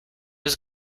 was